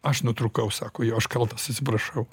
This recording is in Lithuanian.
aš nutrūkau sako aš kaltas atsiprašau